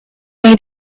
made